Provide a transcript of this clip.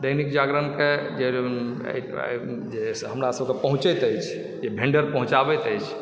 दैनिक जागरणके हमरा सबकेँ पहुँचति अछि जे वेन्डर पहुँचाबैत अछि